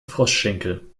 froschschenkel